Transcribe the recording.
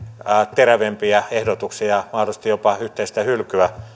terävämpiä ehdotuksia mahdollisesti jopa yhteistä hylkyä